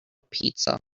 pizza